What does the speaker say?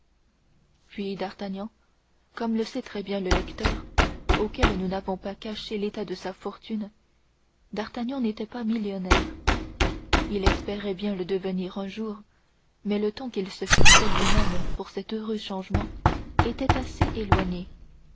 puis d'artagnan comme le sait bien le lecteur auquel nous n'avons pas caché l'état de sa fortune d'artagnan n'était pas un millionnaire il espérait bien le devenir un jour mais le temps qu'il se fixait lui-même pour cet heureux changement était assez éloigné